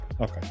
Okay